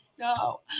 No